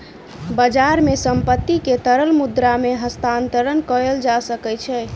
बजार मे संपत्ति के तरल मुद्रा मे हस्तांतरण कयल जा सकै छै